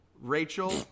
Rachel